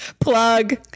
Plug